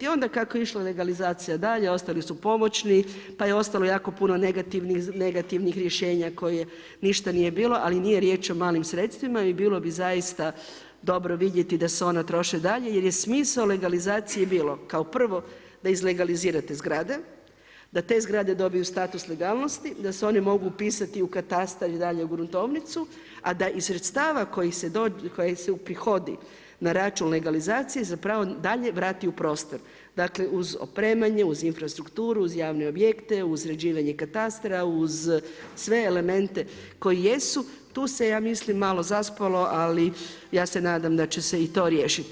I onda kako je išla legalizacija dalje ostali su pomoćni, pa je ostalo jako puno negativnih rješenja koje ništa nije bilo ali nije riječ o malim sredstvima i bilo bi zaista dobro vidjeti da se onda troše dalje jer je smisao legalizacije bilo kao prvo da izlegalizirate zgrade, da te zgrade dobiju status legalnosti, da se oni mogu upisati u katastar i dalje u gruntovnicu a da iz sredstava koji se uprihodi na račun legalizacije zapravo dalje vrati u prostor, dakle uz opremanje, uz infrastrukturu, uz javne objekte, uz sređivanje katastra, uz sve elemente koji jesu, tu se ja mislim malo zaspalo ali ja se nadam da će se i to riješiti.